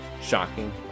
shocking